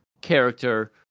character